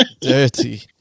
Dirty